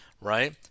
right